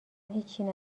هیچی